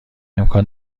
امکان